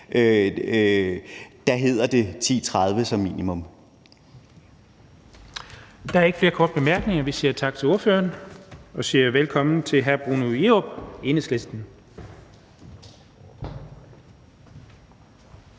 (Jens Henrik Thulesen Dahl): Der er ikke flere korte bemærkninger. Vi siger tak til ordføreren og siger velkommen til hr. Bruno Jerup, Enhedslisten.